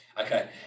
Okay